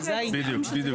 בדיוק.